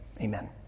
Amen